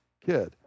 kid